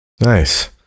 nice